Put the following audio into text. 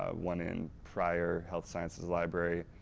ah one in prior health sciences library,